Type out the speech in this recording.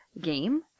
game